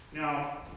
Now